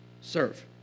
serve